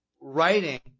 writing